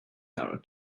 air